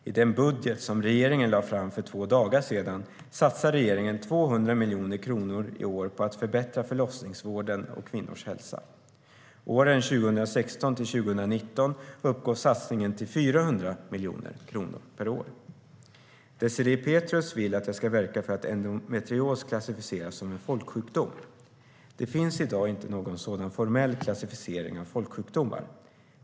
I den budget som regeringen lade fram för två dagar sedan satsar regeringen 200 miljoner kronor i år på att förbättra förlossningsvården och kvinnors hälsa. Åren 2016-2019 uppgår satsningen till 400 miljoner kronor per år. Désirée Pethrus vill att jag ska verka för att endometrios klassificeras som en folksjukdom. Det finns i dag inte någon sådan formell klassificering av folksjukdomar.